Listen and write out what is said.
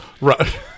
Right